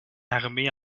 armée